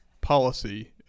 policy